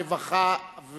הרווחה,